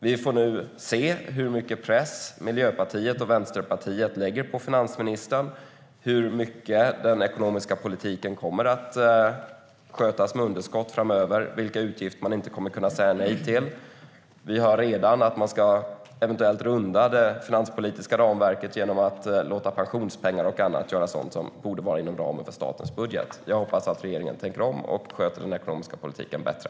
Vi får nu se hur mycket press Miljöpartiet och Vänsterpartiet sätter på finansministern, hur mycket den ekonomiska politiken kommer att skötas med underskott framöver och vilka utgifter man inte kommer att kunna säga nej till. Vi hör redan att man eventuellt ska runda det finanspolitiska ramverket genom att låta bland annat pensionspengar göra sådant som borde vara inom ramen för statens budget. Jag hoppas att regeringen tänker om och sköter den ekonomiska politiken bättre.